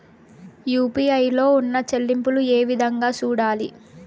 UPI లో ఉన్న చెల్లింపులు ఏ విధంగా సూడాలి